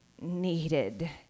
needed